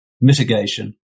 mitigation